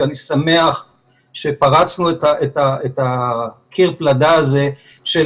ואני שמח שפרצנו את קיר הפלדה הזה של